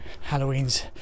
Halloween's